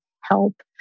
help